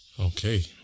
Okay